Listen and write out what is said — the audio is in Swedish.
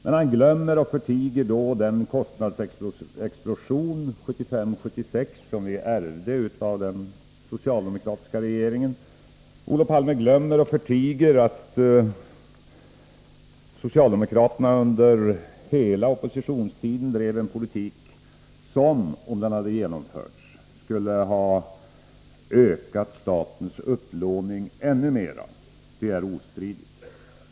Men han glömmer eller förtiger den kostnadsexplosion 1975-1976 som vi ärvde av den socialdemokratiska regeringen. Olof Palme glömmer eller förtiger att socialdemokraterna under hela oppositionstiden drev en politik som, om den hade genomförts, skulle ha ökat statens upplåning ännu mer — det är ostridigt.